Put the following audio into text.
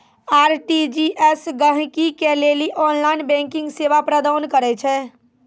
RTGS गहकि के लेली ऑनलाइन बैंकिंग सेवा प्रदान करै छै